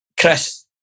Chris